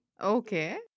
Okay